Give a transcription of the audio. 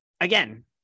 again